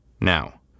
Now